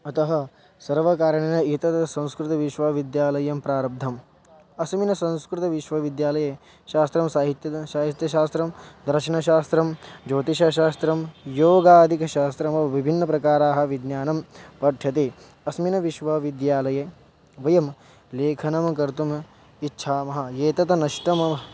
अतः सर्वकारणेन एतद् संस्कृतविश्वविद्यालयः प्रारब्धः अस्मिन् संस्कृतविश्वविद्यालये शास्त्रं साहित्यं साहित्यशास्त्रं दर्शनशास्त्रं ज्योतिषशास्त्रं योगादिकशास्त्रम् विभिन्नप्रकाराः विज्ञानं पठ्यते अस्मिन् विश्वविद्यालये वयं लेखनं कर्तुम् इच्छामः एतत् नष्टम्